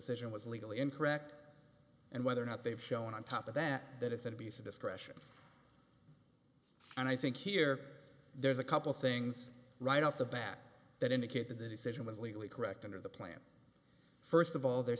decision was legally incorrect and whether or not they've shown on top of that that is an abuse of discretion and i think here there's a couple things right off the bat that indicate that the decision was legally correct under the plan first of all their